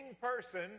person